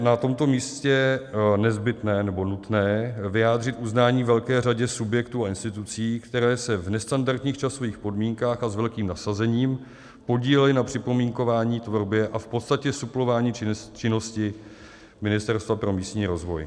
Na tomto místě je nezbytné nebo nutné vyjádřit uznání velké řadě subjektů a institucí, které se v nestandardních časových podmínkách a s velkým nasazením podílely na připomínkování, tvorbě a v podstatě suplování činnosti Ministerstva pro místní rozvoj.